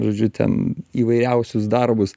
žodžiu ten įvairiausius darbus